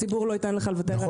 הציבור לא ייתן לך לוותר עליו.